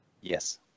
Yes